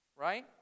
right